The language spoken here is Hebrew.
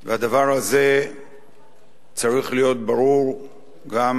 והדבר הזה צריך להיות ברור גם